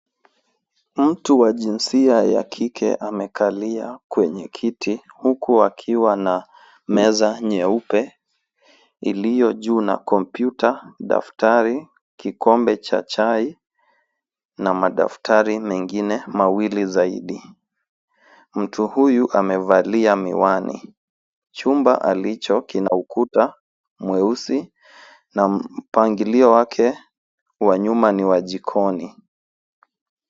Mtu wa jinsia ya kike amekalia kwenye kiti, huku akiwa na meza nyeupe iliyo juu na kompyuta, daftari, kikombe cha chai, na madaftari mengine mawili zaidi. Mtu huyu amevalia miwani. Chumba alicho kina ukuta mweusi, na mpangilio wake wa nyuma ni wa jikoni.